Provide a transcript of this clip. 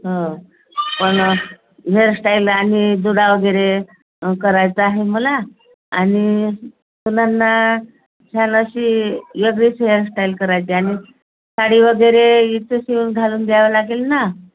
हो पण हेअरस्टाईल आणि जुडा वगैरे करायचं आहे मला आणि सुनांना छान अशी वेगळीच हेअरस्टाईल करायची आणि साडी वगैरे इथंच येऊन घालून द्यावं लागेल ना